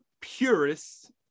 purists